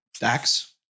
Dax